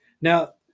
now